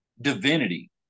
Divinity